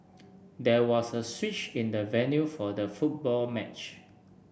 there was a switch in the venue for the football match